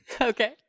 Okay